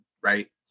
right